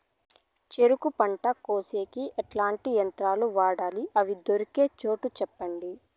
చెరుకు పంట కోసేకి ఎట్లాంటి యంత్రాలు వాడాలి? అవి దొరికే చోటు చెప్పండి?